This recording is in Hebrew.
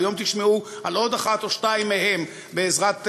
והיום תשמעו על עוד אחת או שתיים מהן בעזרת הממשלה,